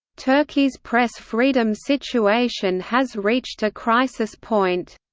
turkey's press freedom situation has reached a crisis point.